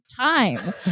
time